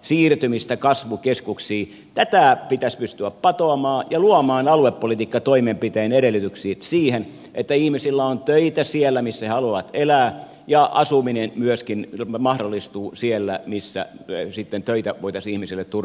siirtymistä kasvukeskuksiin tätä pitäisi pystyä patoamaan ja luomaan aluepolitiikkatoimenpitein edellytyksiä siihen että ihmisillä on töitä siellä missä he haluavat elää ja asuminen myöskin mahdollistuu siellä missä sitten töitä voitaisiin ihmiselle turvata